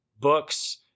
books